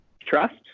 trust